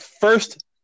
first